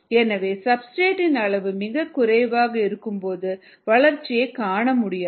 எனவே சப்ஸ்டிரேட் இன் அளவு மிகக் குறைவாக இருக்கும்போது வளர்ச்சியைக் காண முடியாது